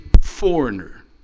foreigner